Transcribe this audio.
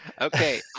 Okay